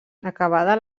acabada